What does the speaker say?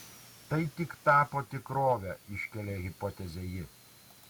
tai tik tapo tikrove iškelia hipotezę ji